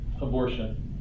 abortion